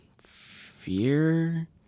fear